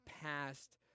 past